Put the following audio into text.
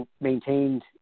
maintained